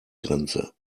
grenze